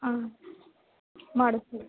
ಹಾಂ ಮಾಡಿಸ್ತೀವಿ